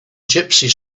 gypsies